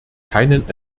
keinen